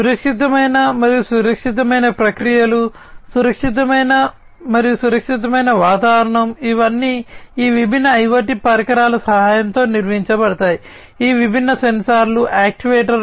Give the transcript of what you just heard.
సురక్షితమైన మరియు సురక్షితమైన ప్రక్రియలు సురక్షితమైన మరియు సురక్షితమైన వాతావరణం ఇవన్నీ ఈ విభిన్న IoT పరికరాల సహాయంతో నిర్వహించబడతాయి ఈ విభిన్న సెన్సార్లు యాక్యుయేటర్లు